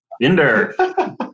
Binder